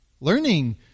Learning